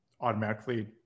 automatically